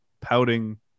pouting